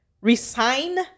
resign